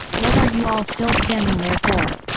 what are you all still standing there for?